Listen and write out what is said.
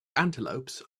antelopes